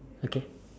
okay